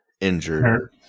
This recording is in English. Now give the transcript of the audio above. injured